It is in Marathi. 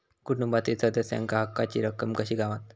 कुटुंबातील सदस्यांका हक्काची रक्कम कशी गावात?